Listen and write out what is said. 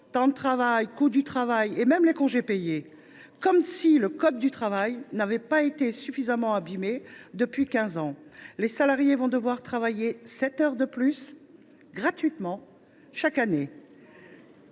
temps de travail, coût du travail et mêmes congés payés. Comme si le code du travail n’avait pas été suffisamment abîmé depuis quinze ans. Les salariés vont ainsi devoir travailler sept heures de plus gratuitement chaque année,